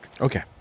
Okay